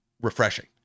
refreshing